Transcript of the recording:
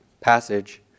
passage